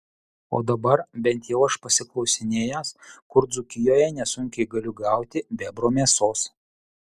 o dabar bent jau aš pasiklausinėjęs kur dzūkijoje nesunkiai galiu gauti bebro mėsos